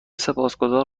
سپاسگذار